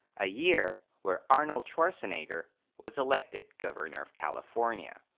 a year where arnold schwarzenegger was elected governor of california.